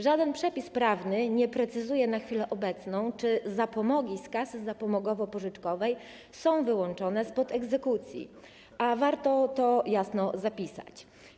Żaden przepis prawny nie precyzuje na chwilę obecną, czy zapomogi z kas zapomogowo-pożyczkowych są wyłączone spod egzekucji, a warto to jasno zapisać.